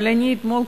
אבל אתמול,